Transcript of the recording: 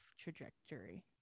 trajectory